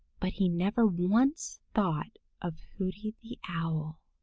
but he never once thought of hooty the owl.